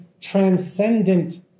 transcendent